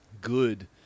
good